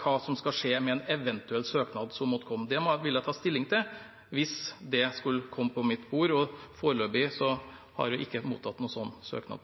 hva som skal skje med en eventuell søknad som måtte komme. Det vil jeg ta stilling til hvis det skulle komme på mitt bord. Foreløpig har vi ikke mottatt noen sånn søknad.